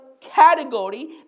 category